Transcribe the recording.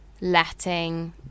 letting